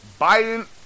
Biden